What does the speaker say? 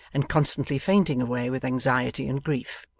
and constantly fainting away with anxiety and grief.